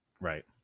Right